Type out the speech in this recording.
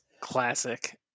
Classic